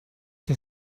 the